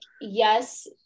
yes